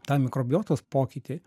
tą mikrobiotos pokytį